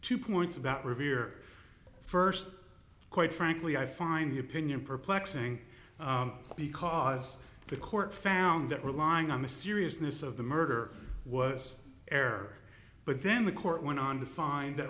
two points about revere first quite frankly i find the opinion perplexing because the court found that relying on the seriousness of the murder was err but then the court went on to find that